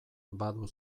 badu